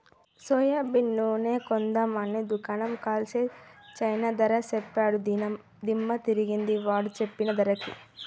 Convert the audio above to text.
soybean నూనె కొందాం అని దుకాణం కెల్తే చానా ధర సెప్పాడు దిమ్మ దిరిగింది వాడు సెప్పిన ధరకి